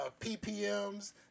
PPMs